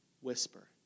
whisper